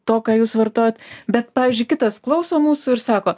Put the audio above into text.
to ką jūs vartojot bet pavyzdžiui kitas klauso mūsų ir sako